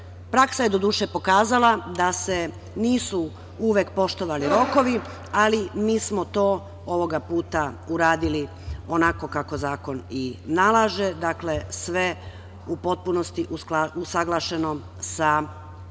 Praksa je doduše pokazala da se nisu uvek poštovali rokovi, ali mi smo to ovog puta uradili onako kako zakon i nalaže, sve u potpunosti usaglašeno sa pripisanim